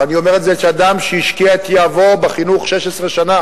ואני אומר את זה כאדם שהשקיע בחינוך 16 שנה,